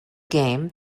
game